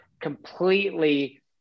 completely